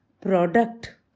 product